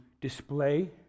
display